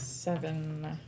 Seven